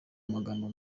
amagambo